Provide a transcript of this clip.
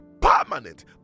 permanent